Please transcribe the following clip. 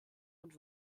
und